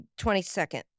22nd